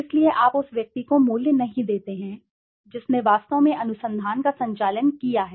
इसलिए आप उस व्यक्ति को मूल्य नहीं देते हैं जिसने वास्तव में अनुसंधान का संचालन किया है